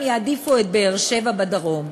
הם יעדיפו את באר-שבע בדרום.